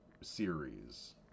series